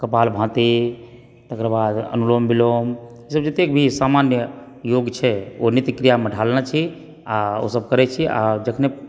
कपालभाती तकर बाद अनुलोम विलोम ई सभ जतेक भी सामान्य योग छै ओ नित्य क्रियामे ढ़ालने छी आ ओ सभ करै छी आ जखने